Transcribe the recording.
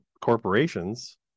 corporations